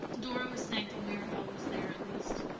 dora was thankful mirabel was there, at least.